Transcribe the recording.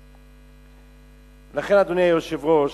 לכן, אדוני היושב-ראש,